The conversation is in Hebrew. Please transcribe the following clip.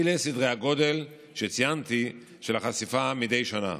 אלה סדרי הגודל של החשיפה, מה שציינתי, מדי שנה.